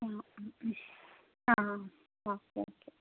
ആ ഉം ഉം ആ ഓക്കെ ഓക്കെ